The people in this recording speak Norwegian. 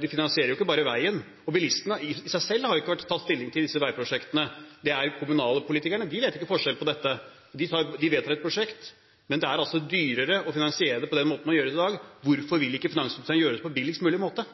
De finansierer jo ikke bare veien. Bilistene i seg selv har ikke tatt stilling til disse veiprosjektene. Det er kommunalpolitikerne som gjør det, og de vet ikke forskjell på dette – de vedtar et prosjekt. Men det er altså dyrere å finansiere det på den måten man gjør det i dag. Hvorfor vil ikke finansministeren gjøre det på billigst mulig måte?